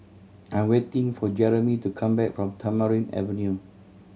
I'm waiting for Jermey to come back from Tamarind Avenue